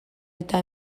eta